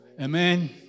Amen